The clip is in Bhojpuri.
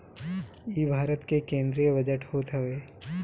इ भारत के केंद्रीय बजट होत हवे